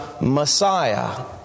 messiah